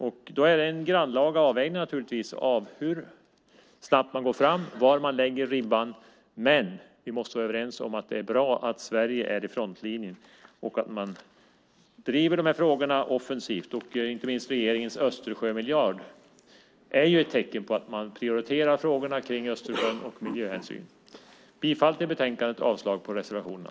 Då är det naturligtvis en grannlaga avvägning hur snabbt man går fram och var man lägger ribban. Men vi måste vara överens om att det är bra att Sverige är i frontlinjen och driver de här frågorna offensivt. Inte minst regeringens Östersjömiljard är ett tecken på att man prioriterar frågorna om Östersjön och miljöhänsynen. Jag yrkar bifall till förslaget i betänkandet och avslag på reservationerna.